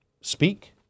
speak